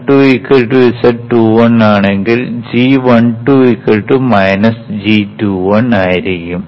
z12 z21 ആണെങ്കിൽ g12 g21ആയിരിക്കും